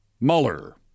Mueller